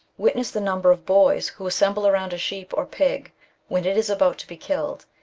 witness the number of boys who assemble around a sheep or pig when it is about to be killed,